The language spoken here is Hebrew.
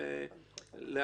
בבקשה.